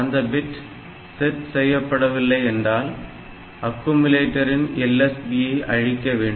அந்த bit set செய்யப்படவில்லை என்றால் அக்குமுலேட்டரின் LSB ஐ அழிக்க வேண்டும்